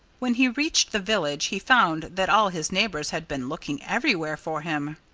when he reached the village he found that all his neighbors had been looking everywhere for him.